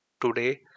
Today